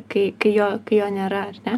kai kai jo kai jo nėra ar ne